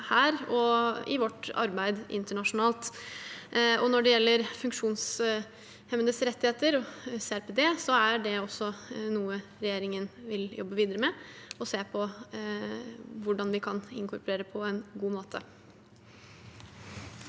her og i vårt arbeid internasjonalt. Når det gjelder funksjonshemmedes rettigheter og CRPD, er det også noe regjeringen vil jobbe videre med og se på hvordan vi kan inkorporere på en god måte.